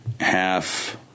half